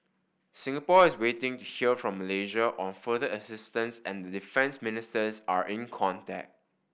Singapore is waiting to hear from Malaysia on further assistance and the defence ministers are in contact